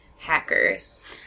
hackers